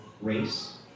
race